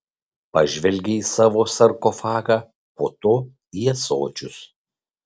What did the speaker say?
pažvelgė į savo sarkofagą po to į ąsočius